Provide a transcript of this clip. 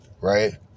right